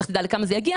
ולך תדע לכמה זה יגיע.